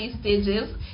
stages